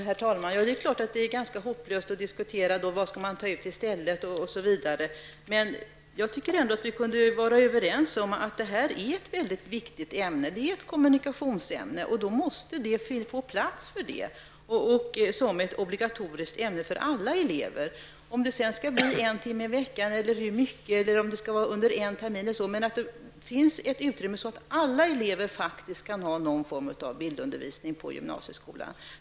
Herr talman! Det är klart att det är ganska hopplöst att diskutera vad vi skall ta bort i stället osv. Jag tycker ändå att vi kunde vara överens om att det är ett mycket viktigt ämne. Det är ett kommunikationsämne, och det måste finnas plats för det som ett obligatoriskt ämne för alla elever. Om det sedan skall bli en timme i veckan eller hur det skall utformas kan ju diskuteras. Men det skall finnas ett utrymme för alla elever att få någon form av bildundervisning på gymnasieskolan.